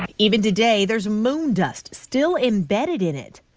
and even today, there's moon dust still embedded in it.